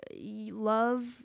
love